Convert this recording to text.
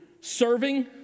serving